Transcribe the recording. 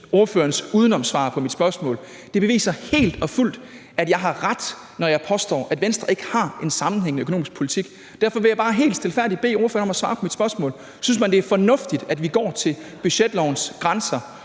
ordførerens udenomssvar på mit spørgsmål beviser helt og fuldt, at jeg har ret, når jeg påstår, at Venstre ikke har en sammenhængende økonomisk politik. Og derfor vil jeg bare helt stilfærdigt bede ordføreren om at svare på mit spørgsmål: Synes man, det er fornuftigt, at vi går til budgetlovens grænser